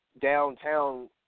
downtown